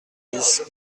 dix